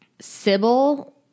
sybil